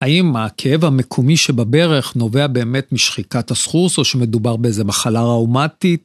האם הכאב המקומי שבברך נובע באמת משחיקת הסחוס או שמדובר באיזה מחלה ראומטית?